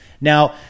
Now